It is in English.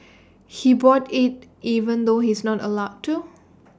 he bought IT even though he's not allowed to